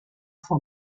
for